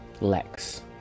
Lex